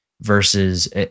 versus